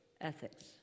ethics